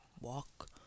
walk